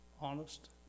honest